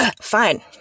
Fine